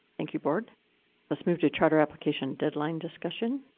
thank you, board. let's move to charter application deadline discussion.